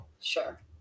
Sure